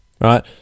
right